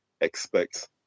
expect